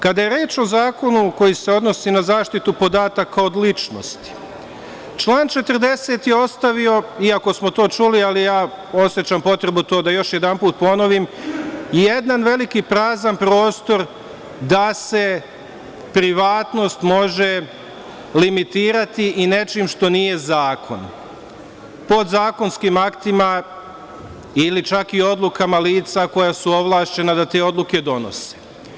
Kada je reč o Zakonu koji se odnosi na zaštitu podataka o ličnosti, član 40. je ostavio, i ako smo to čuli, a osećam potrebu da to još jednom ponovim, jedan veliki prazan prostor da se privatnost može limitirati i nečim što nije zakon. podzakonskim aktima ili čak i odlukama lica koja su ovlašćena da te odluke donose.